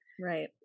Right